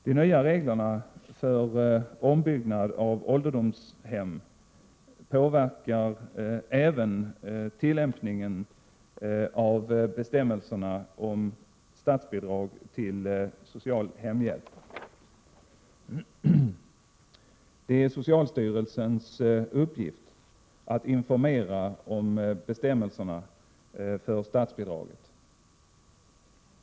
De nya reglerna för ombyggnad av ålderdomshem påverkar även tillämpningen av bestämmelserna om statsbidraget till social hemhjälp. Det är socialstyrelsens uppgift att informera om bestämmelserna för statsbidraget.